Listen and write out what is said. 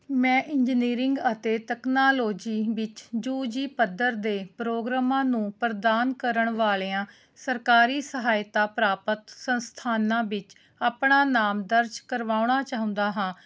ਮੈਂ ਇੰਜੀਨੀਅਰਿੰਗ ਅਤੇ ਤਕਨਾਲੋਜੀ ਵਿੱਚ ਯੂ ਜੀ ਪੱਧਰ ਦੇ ਪ੍ਰੋਗਰਾਮਾਂ ਨੂੰ ਪ੍ਰਦਾਨ ਕਰਨ ਵਾਲਿਆ ਸਰਕਾਰੀ ਸਹਾਇਤਾ ਪ੍ਰਾਪਤ ਸੰਸਥਾਨਾਂ ਵਿੱਚ ਆਪਣਾ ਨਾਮ ਦਰਜ ਕਰਵਾਉਣਾ ਚਾਹੁੰਦਾ ਹਾਂ